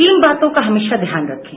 तीन बातों का हमेशा ध्यान रखे